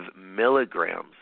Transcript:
milligrams